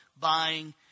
buying